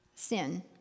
Sin